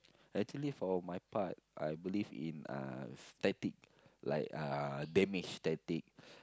actually for my part I believe in uh tactic like uh damage tactic